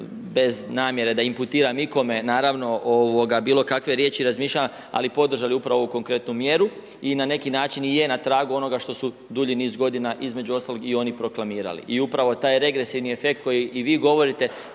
bez namjere da inputiram ikome, naravno bilo kave riječi i razmišljanja ali podržali upravo ovu konkretnu mjeru. I na neki način i je na tragu onoga što su dulji niz godina između ostalog i oni proklamirali. I upravo taj regresivni efekt koji i vi govorite